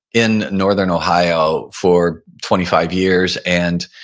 in northern ohio for twenty five years and